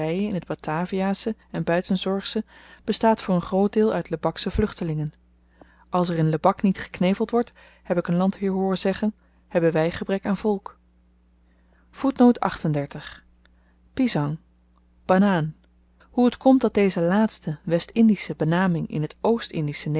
t bataviasche en buitenzorgsche bestaat voor n groot deel uit lebaksche vluchtelingen als er in lebak niet gekneveld wordt heb ik n landheer hooren zeggen hebben wy gebrek aan volk pisang banaan hoe t komt dat deze laatste west-indische benaming in t